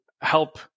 help